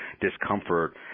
discomfort